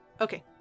Okay